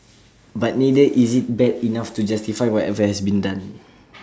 but neither is IT bad enough to justify whatever has been done